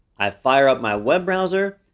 i fire up my web browser,